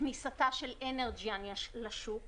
כניסתה של אנרג'יאן לשוק